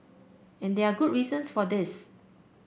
and there are good reasons for this